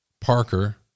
Parker